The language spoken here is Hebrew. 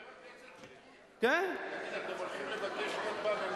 חבר הכנסת שטרית, תגיד, קדימה תבקש אמון